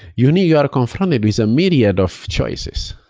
you and you are confronted with a myriad of choices.